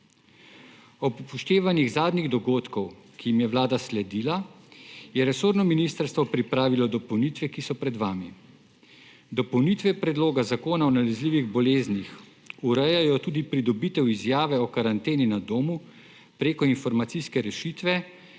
Ob upoštevanih zadnjih dogodkov, ki jim je Vlada sledila, je resorno ministrstvo pripravilo dopolnitve, ki so pred vami. Dopolnitve predloga Zakona o nalezljivih boleznih urejajo tudi pridobitev izjave o karanteni na domu preko informacijske rešitve,